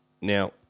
now